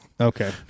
Okay